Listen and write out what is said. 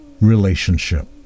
relationship